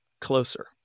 closer